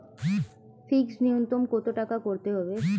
Fixed নুন্যতম কত টাকা করতে হবে?